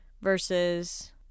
versus